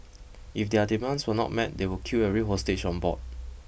if their demands were not met they would kill every hostage on board